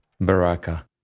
Baraka